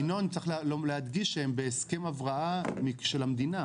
ינון, צריך להדגיש שהם בהסכם הבראה של המדינה.